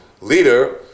leader